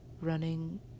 running